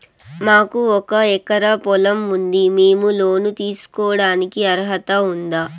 మాకు ఒక ఎకరా పొలం ఉంది మేము లోను తీసుకోడానికి అర్హత ఉందా